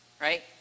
right